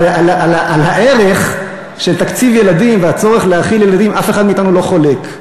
הרי על הערך של תקציב ילדים והצורך להאכיל ילדים אף אחד מאתנו לא חולק,